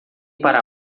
para